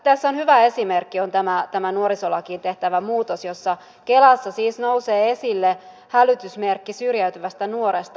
tässä hyvä esimerkki on nuorisolakiin tehtävä muutos jossa kelassa siis nousee esille hälytysmerkki syrjäytyvästä nuoresta